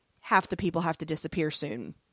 half-the-people-have-to-disappear-soon